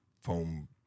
foam